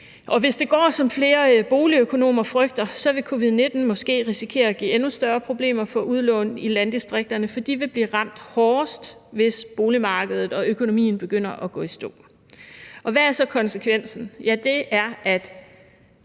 Og hvis det går, som flere boligøkonomer frygter, vil covid-19 måske give endnu større problemer for udlån i landdistrikterne, for de vil blive ramt hårdest, hvis boligmarkedet og økonomien begynder at gå i stå. Hvad er så konsekvensen? Ja, den er, at